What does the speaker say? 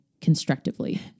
constructively